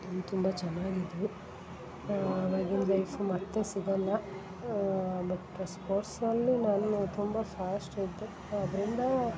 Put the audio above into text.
ತುಂಬ ತುಂಬ ಚೆನ್ನಾಗಿದ್ವು ಅವಾಗಿನ ಲೈಫು ಮತ್ತೆ ಸಿಗಲ್ಲ ಮತ್ತು ಸ್ಪೋರ್ಟ್ಸ್ ಅಲ್ಲೂ ನಾನು ತುಂಬ ಫಾಸ್ಟ್ ಇದ್ದೆ ಆದ್ದರಿಂದ